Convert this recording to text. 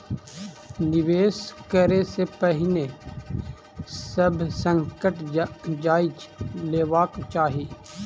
निवेश करै से पहिने सभ संकट जांइच लेबाक चाही